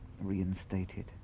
reinstated